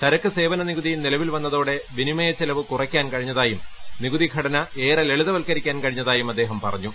ചരക്ക് സേവന നികുതി നിലവിൽ വന്നതോടെ വിനിമയ ചെലവ് കുറയ്ക്കാൻ കഴിഞ്ഞതായും നികുതി ഘടന ഏറെ ലളിതവത്കരിക്കാൻ കഴിഞ്ഞതായും അദ്ദേഹം പറഞ്ഞു